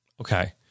Okay